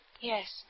Yes